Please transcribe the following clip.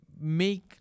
make